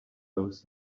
those